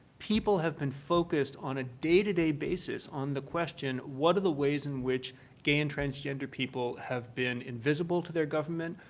people have been focused on a day-to-day basis on the question, what are the ways in which gay and transgender people have been invisible to their government,